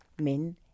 men